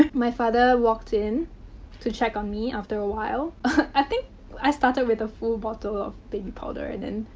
my father walked in to check on me after a while. i think i started with a full bottle of baby powder. then,